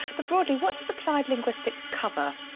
the broadly what does applied linguistics cover?